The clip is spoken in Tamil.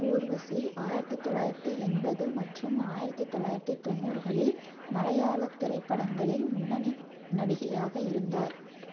ஊர்வசி ஆயிரத்தி தொள்ளாயிரத்தி எண்பது மற்றும் ஆயிரத்தி தொள்ளாயிரத்தி தொண்ணூறுகளில் மலையாள திரைப்படங்களில் முன்னணி நடிகையாக இருந்தார்